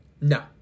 No